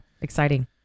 Exciting